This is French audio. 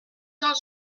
cent